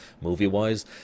movie-wise